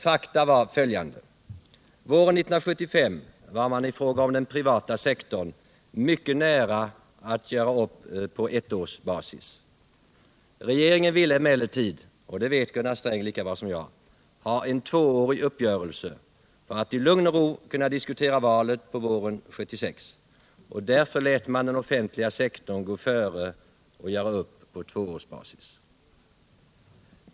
Fakta var följande: Våren 1975 var man i fråga om den privata sektorn mycket nära att göra upp på ettårsbasis. Regeringen ville emellertid — det vet Gunnar Sträng lika bra som jag — ha en tvåårig uppgörelse för att under våren 1976 i lugn och ro kunna diskutera valet. Därför lät man den offentliga sektorn gå före och göra upp på tvåårsbasis.